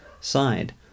side